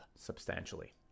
substantially